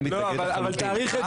אני מתנגד לחלוטין,